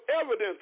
evidence